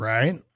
Right